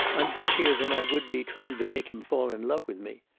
i'm happier than i would be trying to make him fall in love with me.